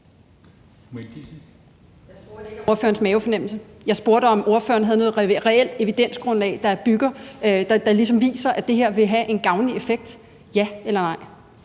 Jeg spurgte ikke om ordførerens mavefornemmelse. Jeg spurgte, om ordføreren havde noget reelt evidensgrundlag, der ligesom viser, at det her vil have en gavnlig effekt – ja eller nej?